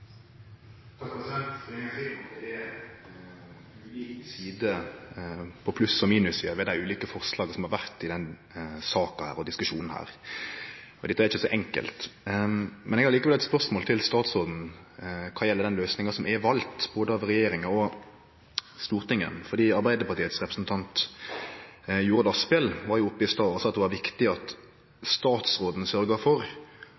ved dei ulike forslaga som har vore i denne saka og i denne diskusjonen her, og dette er ikkje så enkelt. Eg har likevel eit spørsmål til statsråden kva gjeld den løysinga som er vald, både av regjeringa og av Stortinget. For Arbeidarpartiets representant Jorodd Asphjell var oppe i stad og sa at det var viktig at statsråden sørgjer for